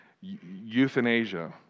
euthanasia